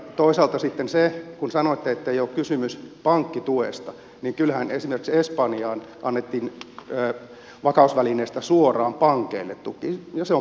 toisaalta sitten se kun sanoitte ettei ole kysymys pankkituesta niin kyllähän esimerkiksi espanjaan annettiin vakausvälineestä suoraan pankeille tuki ja se on pankkitukea